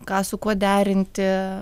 ką su kuo derinti